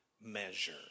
measure